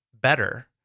better